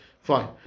Fine